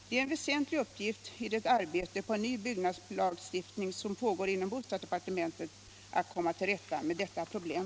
Det är en väsentlig uppgift i det arbete på en ny byggnadslagstiftning som pågår inom bostadsdepartementet att komma till rätta med detta problem.